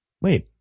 Wait